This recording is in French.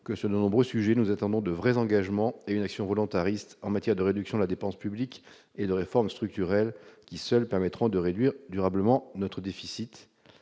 que, sur de nombreux sujets, nous attendons de vrais engagements, une action volontariste en matière de réduction de la dépense publique, et des réformes structurelles qui seules permettront de réduire durablement notre déficit